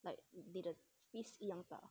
like didn't means eat 很饱